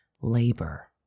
labor